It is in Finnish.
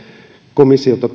komissiolta